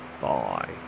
Bye